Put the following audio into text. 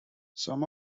some